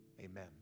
amen